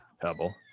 Pebble